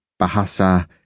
bahasa